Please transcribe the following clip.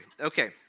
Okay